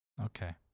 Okay